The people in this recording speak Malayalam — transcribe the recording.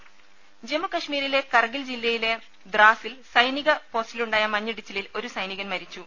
ദരദ ജമ്മുകശ്മീരിലെ കർഗിൽ ജില്ലയിലെ ദ്രാസിൽ സൈനിക പോസ്റ്റിലുണ്ടായ മഞ്ഞിടിച്ചിലിൽ ഒരു സൈനികൻ മരിച്ചു